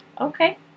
okay